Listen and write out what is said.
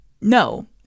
No